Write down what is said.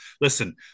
listen